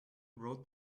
wrote